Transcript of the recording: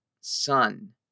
Son